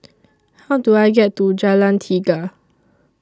How Do I get to Jalan Tiga